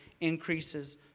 increases